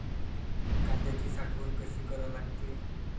कांद्याची साठवन कसी करा लागते?